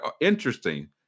interesting